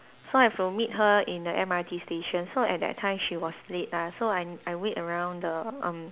so I have to meet her in the M_R_T station so at that time she was late ah so I I wait around the um